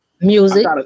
music